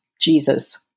jesus